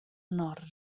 nord